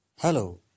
Hello